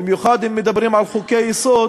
במיוחד אם מדברים על חוקי-יסוד,